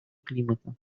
климата